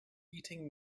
eating